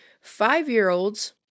Five-year-olds